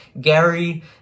gary